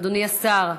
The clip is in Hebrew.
אדוני השר,